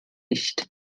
nicht